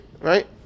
right